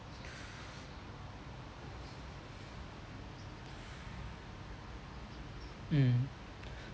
mm